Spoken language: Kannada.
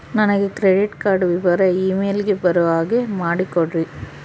ನನಗೆ ಕ್ರೆಡಿಟ್ ಕಾರ್ಡ್ ವಿವರ ಇಮೇಲ್ ಗೆ ಬರೋ ಹಾಗೆ ಮಾಡಿಕೊಡ್ರಿ?